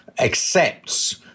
accepts